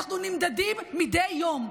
אנחנו נמדדים מדי יום.